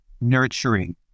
nurturing